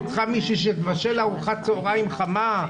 היא צריכה מישהי שתבשל לה ארוחת צהריים חמה,